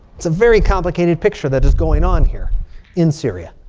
it's a very complicated picture that is going on here in syria.